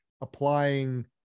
applying